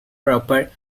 proper